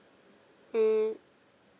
mm